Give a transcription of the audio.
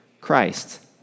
Christ